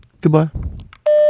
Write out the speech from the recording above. Goodbye